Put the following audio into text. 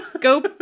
Go